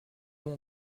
mon